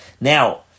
Now